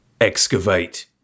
excavate